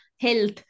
health